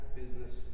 business